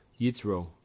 Yitro